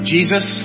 Jesus